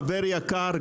חבר יקר,